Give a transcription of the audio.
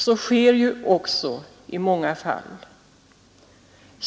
Så sker också i många fall.